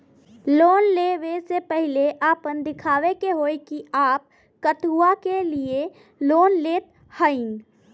Loan ले वे से पहिले आपन दिखावे के होई कि आप कथुआ के लिए लोन लेत हईन?